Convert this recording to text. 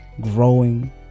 growing